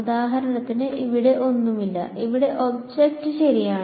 ഉദാഹരണത്തിന് ഇവിടെ ഒന്നുമില്ല ഇവിടെ ഒബ്ജക്റ്റ് ശരിയാണ്